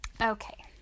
Okay